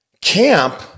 Camp